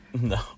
no